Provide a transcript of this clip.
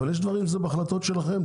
אבל יש דברים הם בהחלטות שלכם,